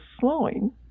slowing